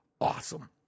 awesome